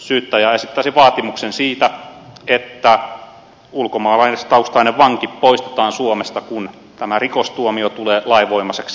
syyttäjä esittäisi vaatimuksen siitä että ulkomaalaistaustainen vanki poistetaan suomesta kun tämä rikostuomio tulee lainvoimaiseksi